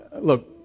Look